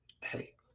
Hey